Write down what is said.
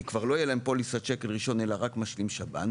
כי כבר לא יהיה להם פוליסת שקל ראשון אלא רק משלים שב"ן,